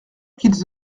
qu’ils